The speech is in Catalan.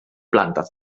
plantes